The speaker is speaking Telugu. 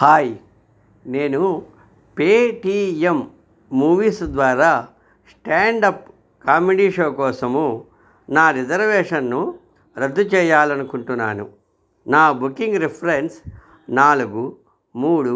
హాయ్ నేను పేటీఎం మూవీస్ ద్వారా స్టాండ్అప్ కామెడీ షో కోసము నా రిజర్వేషన్ను రద్దు చెయ్యాలనుకుంటున్నాను నా బుకింగ్ రిఫరెన్స్ నాలుగు మూడు